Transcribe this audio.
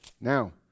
Now